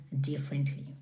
differently